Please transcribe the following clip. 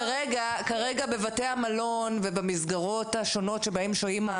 כרגע בבתי המלון ובמסגרות השונות שבהן שוהים,